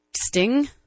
Sting